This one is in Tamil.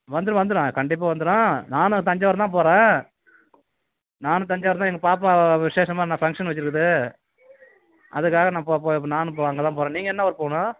வந்துடும் வந்துடும் கண்டிப்பாக வந்துடும் நானும் தஞ்சாவூருதான் போகிறேன் நானும் தஞ்சாவூருதான் எங்கள் பாப்பா விஸேஷம் ஃபங்க்ஷன் வெச்சுக்கிறது அதுக்காக நான் போ போகிறேன் இப்போ நானும் இப்பொ அங்கேதான் போகிறேன் நீங்கள் என்ன ஊர் போகணும்